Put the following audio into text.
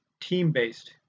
team-based